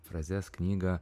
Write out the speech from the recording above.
frazes knygą